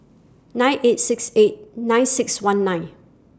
nine eight six eight nine six one nine